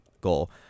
goal